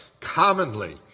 Commonly